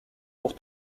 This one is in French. pour